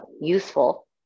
useful